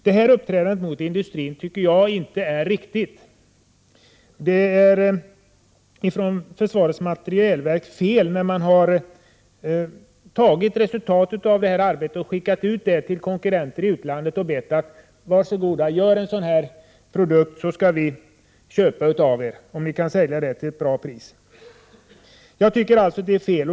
Detta uppträdande mot industrin tycker jag inte är riktigt. Försvarets materielverk har gjort fel när man har tagit resultatet från detta arbete och skickat ut det till konkurrenter i utlandet och sagt: Gör en sådan här produkt, så skall vi köpa den av er om ni kan sälja den till ett bra pris. Jag tycker att det är fel.